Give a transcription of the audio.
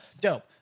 Dope